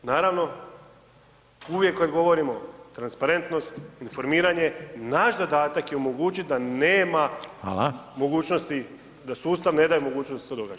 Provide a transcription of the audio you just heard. Naravno, uvijek kad govorimo, transparentnost, informiranje, naš zadatak je omogućiti da nema mogućnost da sustav ne daje mogućnost da se to događa.